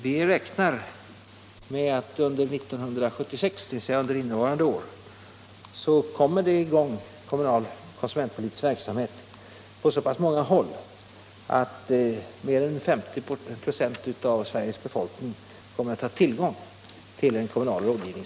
Vi räknar med att det under 1976, dvs. under innevarande år, kommer i gång kommunal konsumentpolitisk verksamhet på så många håll i landet att mer än hälften av Sveriges befolkning kan få möjlighet till denna kommunala rådgivning.